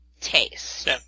taste